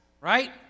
right